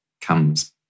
comes